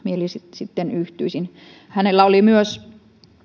yhtyisin hänellä oli myös